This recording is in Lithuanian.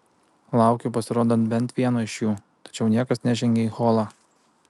laukiu pasirodant bent vieno iš jų tačiau niekas nežengia į holą